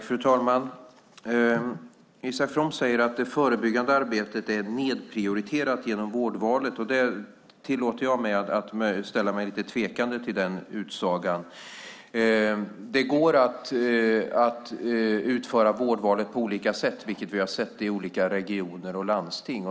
Fru talman! Isak From säger att det förebyggande arbetet är nedprioriterat genom vårdvalet. Jag tillåter mig att ställa mig lite tvivlande till den utsagan. Det går att utföra vårdvalet på olika sätt, vilket vi sett i skilda regioner och landsting.